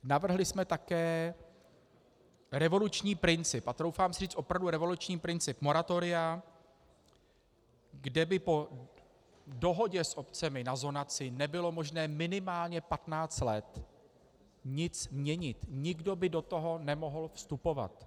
Navrhli jsme také revoluční princip, a troufám si říct opravdu revoluční princip, moratoria, kde by po dohodě s obcemi na zonaci nebylo možné minimálně 15 let nic měnit, nikdo by do toho nemohl vstupovat.